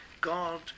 God